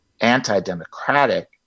anti-democratic